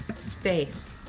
Space